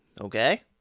Okay